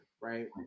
right